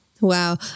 Wow